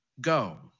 go